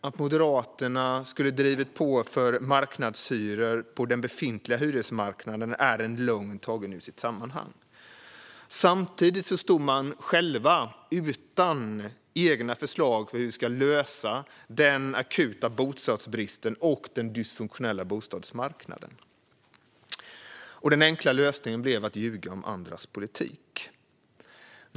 Att Moderaterna skulle ha drivit på för marknadshyror på den befintliga hyresmarknaden är en lögn tagen ur sitt sammanhang. Samtidigt stod man själv utan egna förslag för hur vi ska lösa den akuta bostadsbristen och problemen med den dysfunktionella bostadsmarknaden. Den enkla lösningen blev att ljuga om andras politik.